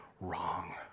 wrong